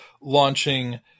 launching